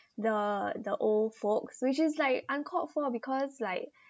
the the old folks which is like uncalled for because like